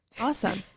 Awesome